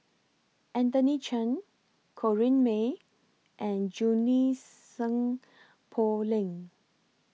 Anthony Chen Corrinne May and Junie Sng Poh Leng